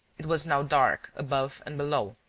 it was now dark above and below.